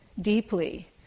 deeply